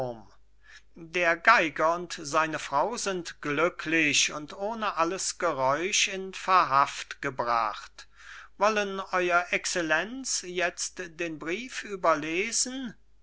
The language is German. der geiger und seine frau sind glücklich und ohne alles geräusch in verhaft gebracht wollen ew excellenz jetzt den brief überlesen